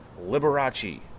Liberace